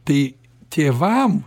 tai tėvam